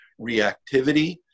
reactivity